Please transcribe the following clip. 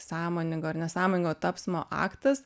sąmoningo ar nesąmoningo tapsmo aktas